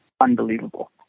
unbelievable